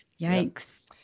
Yikes